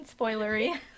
spoilery